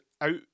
out